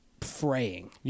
fraying